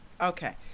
Okay